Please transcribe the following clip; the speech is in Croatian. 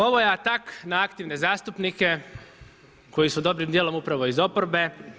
Ovo je atak na aktivne zastupnike koji su dobrim dijelom upravo iz oporbe.